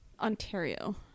Ontario